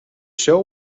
show